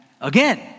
Again